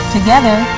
Together